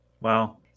wow